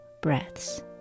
breaths